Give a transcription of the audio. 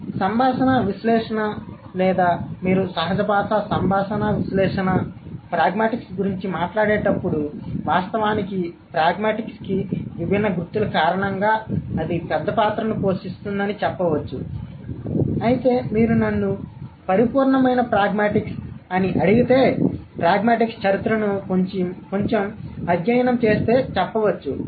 కాబట్టి సంభాషణ విశ్లేషణ లేదా మీరు సహజ భాషా సంభాషణ విశ్లేషణ ప్రాగ్మాటిక్స్ గురించి మాట్లాడేటప్పుడు వాస్తవానికి ప్రాగ్మాటిక్స్ కి విభిన్న గుర్తుల కారణంగా అది పెద్ద పాత్రను పోషిస్తుంది అని చెప్పవచ్చు అయితే మీరు నన్ను పరిపూర్ణమైన ప్రాగ్మాటిక్స్ మీరు అడిగితే ప్రాగ్మాటిక్స్ చరిత్రను కొంచెం అధ్యయనం చేస్తే చెప్పవచ్చు